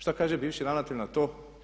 Što kaže bivši ravnatelj na to?